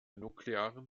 nuklearen